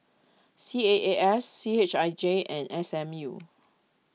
C A A S C H I J and S M U